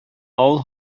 авыл